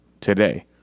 today